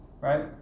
right